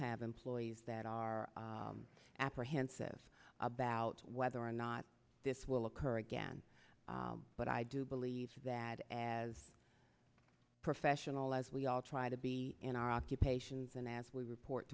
have employees that are apprehensive about whether or not this will occur again but i do believe that as professional as we all try to be in our occupations and as we report